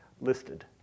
listed